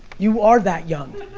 you are that young.